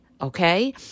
okay